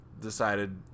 decided